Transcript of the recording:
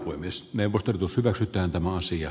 voi myös neuvottelut us hyväksytään tämä asia